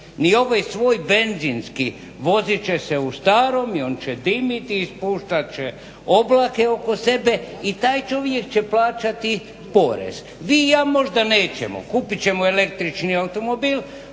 ni ovaj svoj benzinski, vozit će se u starom i on će dimiti i ispuštati oblake oko sebe i taj čovjek će plaćati porez. Vi i ja možda nećemo, kupit ćemo električni automobil,